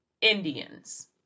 Indians